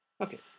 Okay